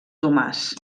tomàs